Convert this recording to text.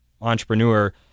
entrepreneur